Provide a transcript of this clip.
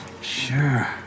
Sure